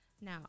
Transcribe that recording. Now